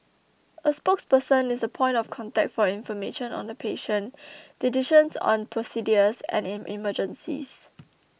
a spokesperson is the point of contact for information on the patient decisions on procedures and in emergencies